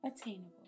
attainable